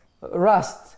rust